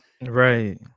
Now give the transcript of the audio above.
Right